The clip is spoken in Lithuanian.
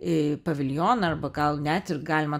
paviljoną arba gal net ir galima